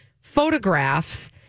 photographs